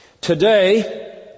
today